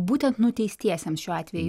būtent nuteistiesiems šiuo atveju